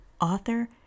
author